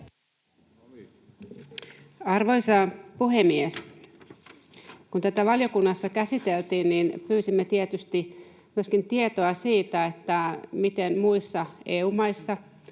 Arvoisa puhemies! Kun tätä valiokunnassa käsiteltiin, pyysimme tietysti myöskin tietoa siitä, miten muissa EU-maissa